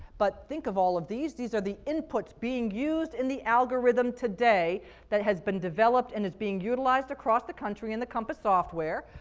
but think of all of these. these are the inputs being used in the algorithm today that has been developed and is being utilized across the country in the compass software.